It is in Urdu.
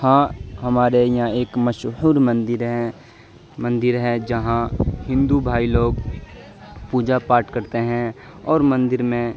ہاں ہمارے یہاں ایک مشہور مندر ہے مندر ہے جہاں ہندو بھائی لوگ پوجا پاٹھ کرتے ہیں اور مندر میں